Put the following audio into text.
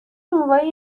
نونوایی